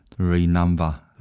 renumber